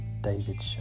David